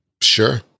sure